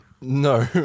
No